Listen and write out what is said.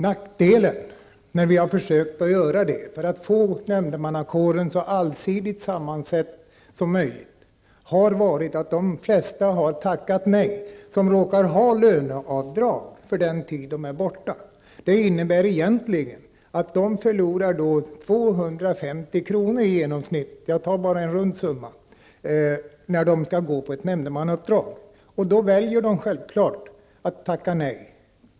När vi har försökt att få nämndemannakåren så allsidigt sammansatt som möjligt, har nackdelen varit att de flesta har tackat nej -- och de har löneavdrag för den tid de är borta från sina ordinarie arbeten. Det innebär att de förlorar i genomsnitt 250 kr. -- jag tar en rund summa -- när de skall gå till ett nämndemannauppdrag. Då väljer de självfallet att tacka nej.